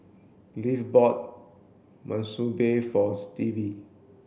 Leif bought Monsunabe for Stevie